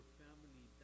family